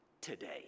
today